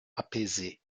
apaisée